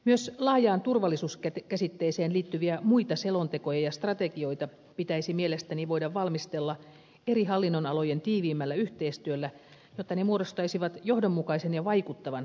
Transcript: myös laajaan turvallisuuskäsitteeseen liittyviä muita selontekoja ja strategioita pitäisi mielestäni voida valmistella eri hallinnonalojen tiiviimmällä yhteistyöllä jotta ne muodostaisivat johdonmukaisen ja vaikuttavan kokonaisuuden